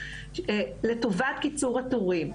לטובת קיצור התורים.